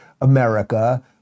America